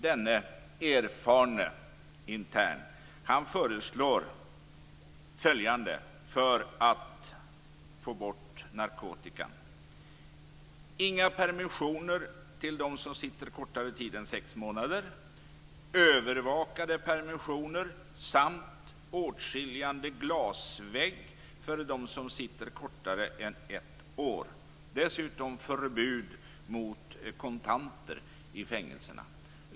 Denne erfarne intern föreslår följande för att få bort narkotikan: inga permissioner till dem som sitter kortare tid än sex månader, övervakade permissioner samt åtskiljande glasvägg för dem som sitter kortare tid än ett år och dessutom förbud mot kontanter i fängelserna.